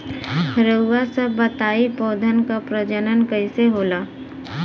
रउआ सभ बताई पौधन क प्रजनन कईसे होला?